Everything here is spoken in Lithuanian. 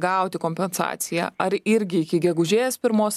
gauti kompensaciją ar irgi iki gegužės pirmos